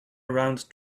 around